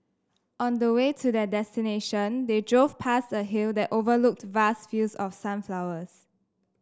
on the way to their destination they drove past a hill that overlooked vast fields of sunflowers